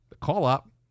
call-up